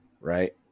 right